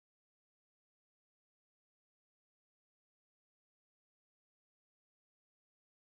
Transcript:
then is like okay I actually I plan to put raffles girls' first then my bendemeer sec second